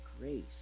grace